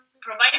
provide